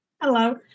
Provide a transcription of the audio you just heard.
Hello